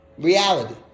Reality